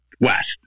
West